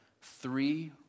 three